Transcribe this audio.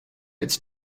its